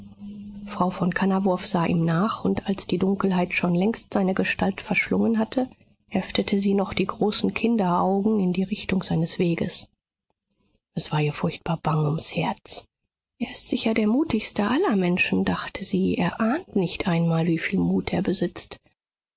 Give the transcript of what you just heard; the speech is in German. frau von kannawurf sah ihm nach und als die dunkelheit schon längst seine gestalt verschlungen hatte heftete sie noch die großen kinderaugen in die richtung seines weges es war ihr furchtbar bang ums herz er ist sicher der mutigste aller menschen dachte sie er ahnt nicht einmal wieviel mut er besitzt